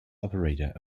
operator